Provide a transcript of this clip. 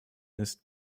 ist